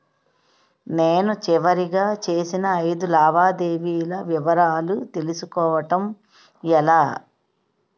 నేను చివరిగా చేసిన ఐదు లావాదేవీల వివరాలు తెలుసుకోవటం ఎలా?